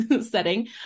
setting